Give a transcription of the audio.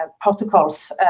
protocols